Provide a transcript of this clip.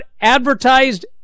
advertised